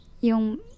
yung